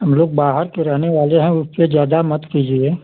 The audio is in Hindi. हम लोग बाहर के रहने वाले हैं उससे ज़्यादा मत कीजिए